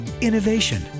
innovation